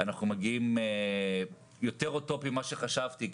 אנחנו מגיעים לפתרון יותר אוטופי ממה שחשבתי.